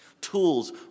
Tools